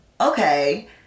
Okay